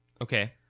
Okay